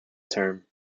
term